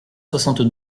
soixante